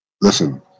listen